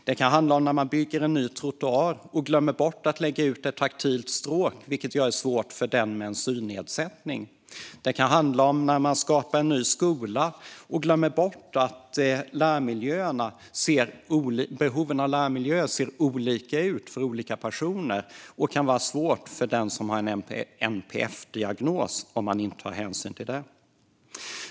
Det kan handla om att man glömmer bort att lägga ut ett taktilt stråk när man bygger en ny trottoar, vilket gör det svårt för den med synnedsättning. Det kan handla om att man när man ska bygga en ny skola glömmer bort att lärmiljöbehoven ser olika ut för olika personer. Om man inte tar hänsyn till det kan det bli svårt för den som har en NPF-diagnos.